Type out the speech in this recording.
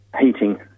heating